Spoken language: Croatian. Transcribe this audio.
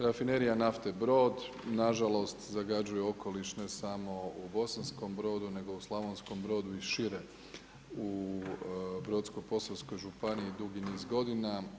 Rafinerija nafte Brod nažalost zagađuje okoliš ne samo u Bosanskom brodu nego u Slavonskom brodu i šire u brodsko posavskoj županiji dugi niz godina.